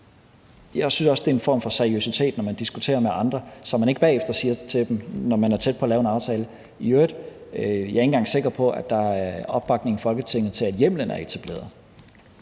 Jeg synes også, det er en form for seriøsitet, når man diskuterer med andre, at man ikke bagefter siger til dem, når man er tæt på at lave en aftale, at man i øvrigt ikke engang er sikker på, at der er opbakning i Folketinget til, at hjemmelen kan etableres.